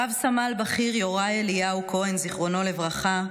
רב-סמל בכיר יוראי אליהו כהן, זיכרונו לברכה,